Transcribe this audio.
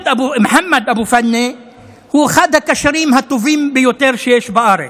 מוחמד אבו פאנה הוא אחד הקשרים הטובים ביותר שיש בארץ,